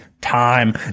time